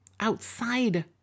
outside